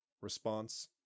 Response